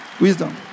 Wisdom